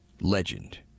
legend